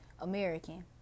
American